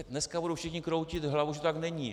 Dneska budou všichni kroutit hlavou, že to tak není.